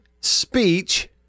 speech